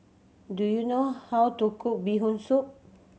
do you know how to cook Bee Hoon Soup